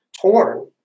torn